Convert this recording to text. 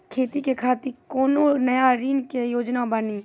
खेती के खातिर कोनो नया ऋण के योजना बानी?